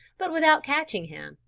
but without catching him,